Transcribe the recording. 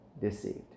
deceived